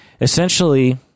essentially